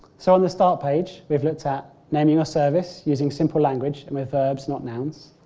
so, on the start page, we have looked at naming our service, using simple language, and with verbs not nouns,